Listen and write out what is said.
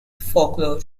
folklore